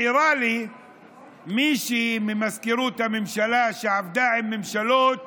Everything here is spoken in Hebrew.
מעירה לי מישהי ממזכירות הממשלה שעבדה עם ממשלות